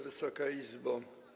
Wysoka Izbo!